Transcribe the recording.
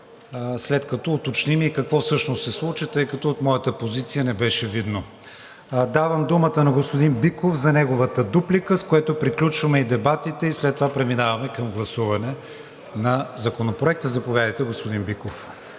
след като уточним и какво всъщност се случи, тъй като от моята позиция не беше видно. Давам думата на господин Биков за неговата дуплика, с което приключваме и дебатите, и след това преминаваме към гласуване на Законопроекта. Заповядайте, господин Биков.